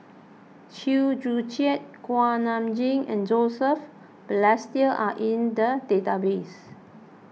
Chew Joo Chiat Kuak Nam Jin and Joseph Balestier are in the database